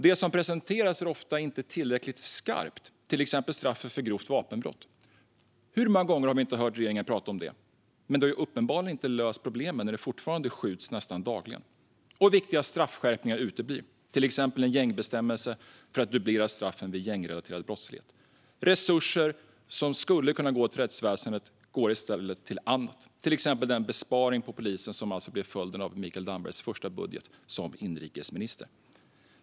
Det som presenteras är ofta inte tillräckligt skarpt, till exempel när det gäller straffet för grovt vapenbrott. Hur många gånger har vi inte hört regeringen tala om det? Men det har uppenbarligen inte löst problemen när det fortfarande skjuts nästan dagligen. Och viktiga straffskärpningar uteblir, till exempel en gängbestämmelse för att dubblera straffen vid gängrelaterad brottslighet. Resurser som skulle kunna gå till rättsväsendet går i stället till annat, till exempel den besparing på polisen som alltså blev följden av Mikael Dambergs första budget som inrikesminister.